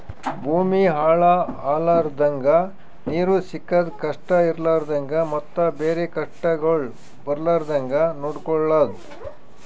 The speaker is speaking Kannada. ಭೂಮಿ ಹಾಳ ಆಲರ್ದಂಗ, ನೀರು ಸಿಗದ್ ಕಷ್ಟ ಇರಲಾರದಂಗ ಮತ್ತ ಬೇರೆ ಕಷ್ಟಗೊಳ್ ಬರ್ಲಾರ್ದಂಗ್ ನೊಡ್ಕೊಳದ್